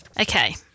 Okay